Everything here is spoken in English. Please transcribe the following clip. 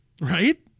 Right